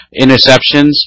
interceptions